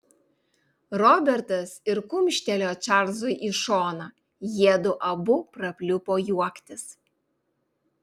robertas ir kumštelėjo čarlzui į šoną jiedu abu prapliupo juoktis